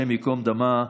השם ייקום דמה,